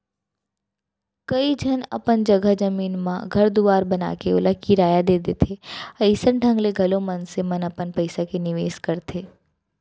कइ झन अपन जघा जमीन म घर दुवार बनाके ओला किराया दे देथे अइसन ढंग ले घलौ मनसे मन अपन पइसा के निवेस करथे